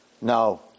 No